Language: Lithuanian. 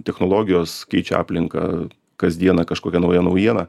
technologijos keičia aplinką kasdieną kažkokia nauja naujiena